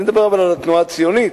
אבל אני מדבר על התנועה הציונית,